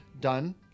done